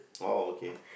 oh okay